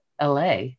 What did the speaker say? La